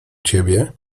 ciebie